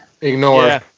Ignore